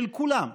של כולם,